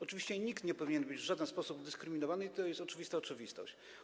Oczywiście nikt nie powinien być w żaden sposób dyskryminowany i to jest oczywista oczywistość.